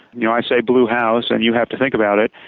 you know i say blue house and you have to think about it.